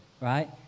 right